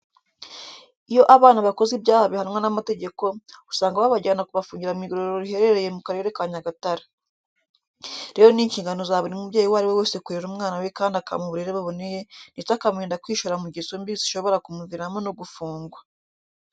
Iyo abana bakoze ibyaha bihanwa n'amategeko, usanga babajyana kubafungira mu igororero riherereye mu Karere ka Nyagatare. Rero ni inshingano za buri mubyeyi uwo ari we wese kurera umwana we kandi akamuha uburere buboneye ndetse akamurinda kwishora mu ngeso mbi zishobora kumuviramo no gufungwa.